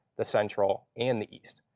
the central, and the east.